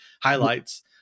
highlights